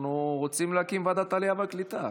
אנחנו רוצים להקים את ועדת העלייה והקליטה.